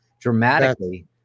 dramatically